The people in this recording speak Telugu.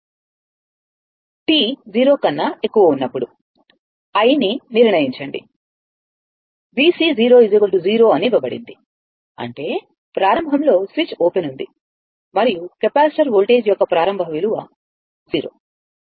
t 0 కన్నా ఎక్కువ ఉన్నప్పుడు i ని నిర్ణయించండి VC 0 అని ఇవ్వబడింది అంటే ప్రారంభంలో స్విచ్ ఓపెన్ ఉంది మరియు కెపాసిటర్ వోల్టేజ్ యొక్క ప్రారంభ విలువ 0